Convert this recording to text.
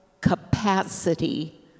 capacity